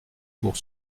pour